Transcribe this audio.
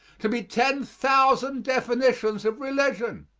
to be ten thousand definitions of religion.